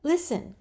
Listen